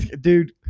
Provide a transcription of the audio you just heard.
dude